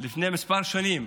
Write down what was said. לפני כמה שנים,